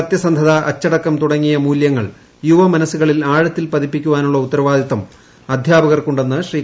സത്യസന്ധത അച്ചടക്കം തുടങ്ങിയ മൂലൃങ്ങൾ യുവമനസ്സുകളിൽ ആഴത്തിൽ പതിപ്പിക്കുവാനുള്ള ഉത്തരവാദിത്തം അധ്യാപകർക്കുണ്ടെന്ന് ശ്രീ